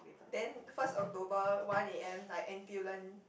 then first October one A_M like N_T_U Learn